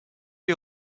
les